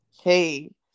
Hey